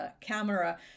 camera